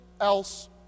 else